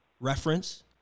reference